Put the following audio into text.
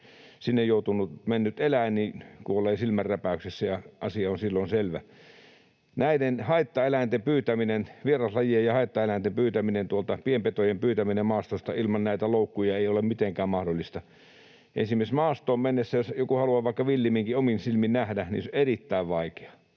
ei ole mitään kärsimyksiä, kuolee silmänräpäyksessä, ja asia on silloin selvä. Näiden vieraslajien ja haittaeläinten pyytäminen tuolta, pienpetojen pyytäminen maastosta, ilman näitä loukkuja ei ole mitenkään mahdollista. Esimerkiksi maastoon mennessä jos joku haluaa vaikka villiminkin omin silmin nähdä, niin se on erittäin vaikeaa.